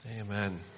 Amen